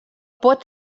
pot